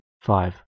five